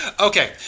Okay